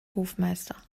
hofmeister